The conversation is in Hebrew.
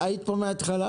היית פה מהתחלה?